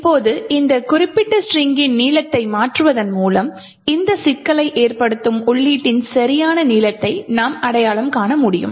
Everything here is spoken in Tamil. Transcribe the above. இப்போது இந்த குறிப்பிட்ட ஸ்ட்ரிங்கின் நீளத்தை மாற்றுவதன் மூலம் இந்த சிக்கலை ஏற்படுத்தும் உள்ளீட்டின் சரியான நீளத்தை நாம் அடையாளம் காண முடியும்